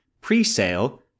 pre-sale